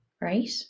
right